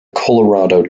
colorado